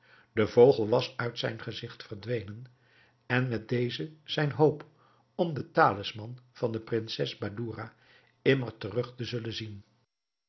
de vogel was uit zijn gezigt verdwenen en met deze zijne hoop om den talisman van de prinses badoura immer terug te zullen zien